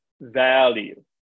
value